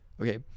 Okay